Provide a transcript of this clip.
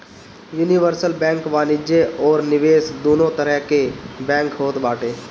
universal bank वाणिज्य अउरी निवेश दूनो तरह के बैंक होत बाटे